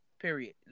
period